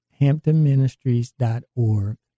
HamptonMinistries.org